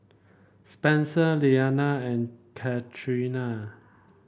Spencer Leanna and Catrina